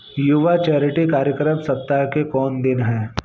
युवा चैरिटी कार्यक्रम सप्ताह के कौन दिन है